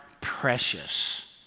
precious